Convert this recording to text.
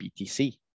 BTC